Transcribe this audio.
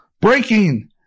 Breaking